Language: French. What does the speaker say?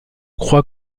crois